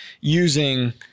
using